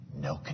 no